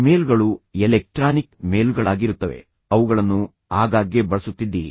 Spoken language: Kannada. ಇಮೇಲ್ಗಳು ಎಲೆಕ್ಟ್ರಾನಿಕ್ ಮೇಲ್ಗಳಾಗಿರುತ್ತವೆ ಅವುಗಳನ್ನು ಆಗಾಗ್ಗೆ ಬಳಸುತ್ತಿದ್ದೀರಿ